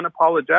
unapologetic